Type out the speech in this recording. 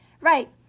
Right